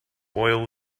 oil